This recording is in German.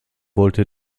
wollte